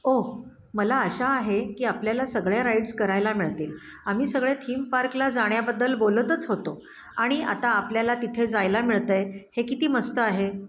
ओह मला अशा आहे की आपल्याला सगळ्या राईड्स करायला मिळतील आम्ही सगळे थीम पार्कला जाण्याबद्दल बोलतच होतो आणि आता आपल्याला तिथे जायला मिळत आहे हे किती मस्त आहे